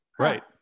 Right